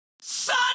son